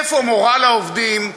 איפה מורל העובדים?